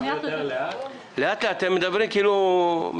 הפנייה התקציבית נועדה להעביר עודפים לוועדת הבחירות